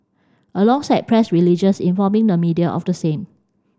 alongside press religious informing the media of the same